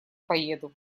поеду